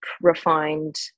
refined